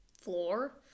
floor